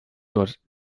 dort